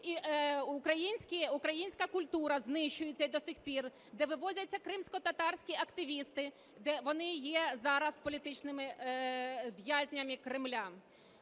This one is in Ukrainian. українська культура знищується до сих пір, де вивозяться кримськотатарські активісти, вони є і зараз політичними в'язнями Кремля.